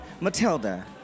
Matilda